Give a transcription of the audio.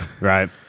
right